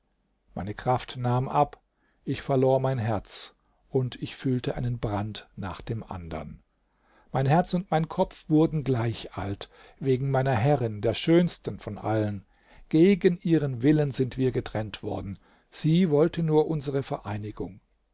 meine kraft nahm ab ich verlor mein herz und ich fühlte einen brand nach dem andern mein herz und mein kopf wurden gleich alt wegen meiner herrin der schönsten von allen gegen ihren willen sind wir getrennt worden sie wollte nur unsere vereinigung